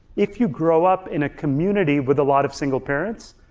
if you grow up in a community with a lot of single parents,